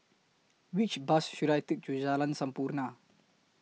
Which Bus should I Take to Jalan Sampurna